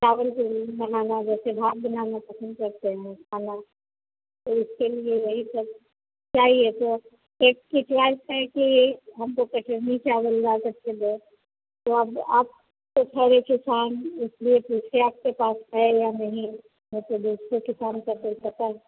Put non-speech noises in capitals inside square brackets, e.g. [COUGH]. चावल के [UNINTELLIGIBLE] बनाना जैसे भात बनाना पसंद करते हैं खाना तो इसके लिए वही सब चाहिए तो एक की च्वाइस है कि हमको कटरनी चावल लाकर के दो तो अब आप तो ठहरे किसान इसलिए पूछे आपके पास है या नहीं नहीं तो दूसरे किसान का कोई पता